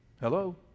Hello